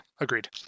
agreed